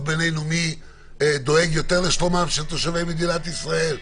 בינינו מי דואג יותר לשלומם של תושבי מדינת ישראל,